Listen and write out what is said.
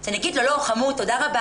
כי אני אגיד לו: לא, חמוד, תודה רבה.